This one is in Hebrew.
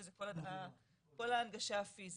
שזה את כל ההנגשה הפיזית.